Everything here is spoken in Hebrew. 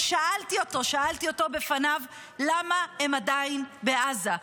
ושאלתי אותו בפניו למה הם עדיין בעזה.